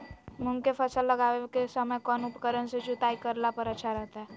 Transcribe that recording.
मूंग के फसल लगावे के समय कौन उपकरण से जुताई करला पर अच्छा रहतय?